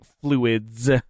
fluids